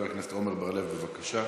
חבר הכנסת עמר בר-לב, בבקשה,